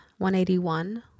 181